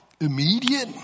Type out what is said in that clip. immediate